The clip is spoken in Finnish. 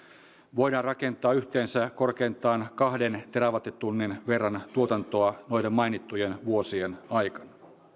voidaan rakentaa yhteensä korkeintaan kahden terawattitunnin verran tuotantoa noiden mainittujen vuosien aikana